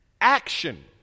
Action